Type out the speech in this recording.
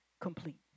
complete